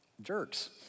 jerks